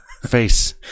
Face